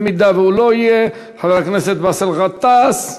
אם הוא לא יהיה, חבר הכנסת באסל גטאס.